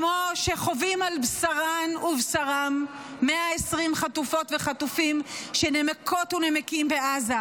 כמו שחווים על בשרן ובשרם 120 חטופות וחטופים שנמקות ונמקים בעזה,